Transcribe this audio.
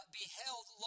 beheld